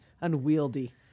unwieldy